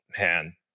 man